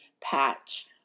patch